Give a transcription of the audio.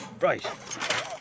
Right